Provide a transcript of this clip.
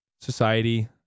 society